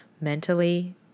mentally